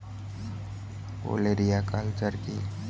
ওলেরিয়া কালচার কি?